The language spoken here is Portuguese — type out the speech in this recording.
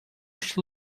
esse